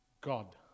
God